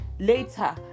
later